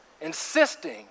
insisting